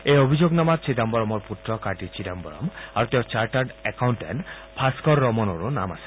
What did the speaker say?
এই অভিযোগনামাত চিদাম্বৰমৰ পুত্ৰ কাৰ্তি চিদাম্বৰম আৰু তেওঁৰ চাৰ্টাৰ্ড একাউণ্টেণ্ড ভাস্বৰৰমনৰো নাম আছে